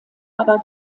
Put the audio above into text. aber